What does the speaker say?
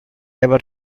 ever